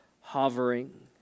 hovering